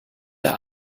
der